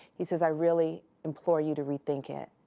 he says, i really implore you to rethink it.